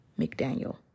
McDaniel